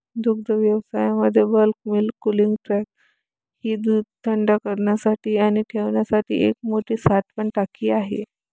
दुग्धव्यवसायामध्ये bulk milk cooling tank ही दूध थंड करण्यासाठी आणि ठेवण्यासाठी एक मोठी साठवण टाकी आहे